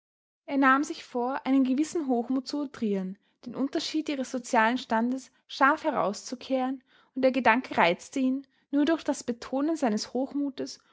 er nahm sich vor einen gewissen hochmut zu outrieren den unterschied ihres sozialen standes scharf herauszukehren und der gedanke reizte ihn nur durch das betonen seines hochmutes